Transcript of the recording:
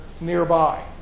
nearby